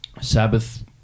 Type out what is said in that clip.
Sabbath